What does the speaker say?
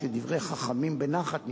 שדברי חכמים בנחת נשמעים,